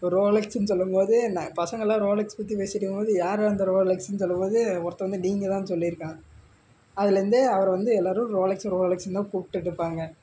அப்போ ரோலெக்ஸுன்னு சொல்லும்போது பசங்கெல்லாம் ரோலெக்ஸ் பற்றி பேசிகிட்டு இருக்கும்போது யார்டா இந்த ரோலெக்ஸுன்னு சொல்லும்போது ஒருத்தன் வந்து நீங்கள்தான்னு சொல்லியிருக்கான் அதுலேருந்து அவரை வந்து எல்லோரும் ரோலெக்ஸ் ரோலெக்ஸுன்னுதான் கூப்பிடுட்டு இருப்பாங்க